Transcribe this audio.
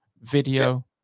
video